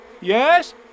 Yes